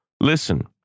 listen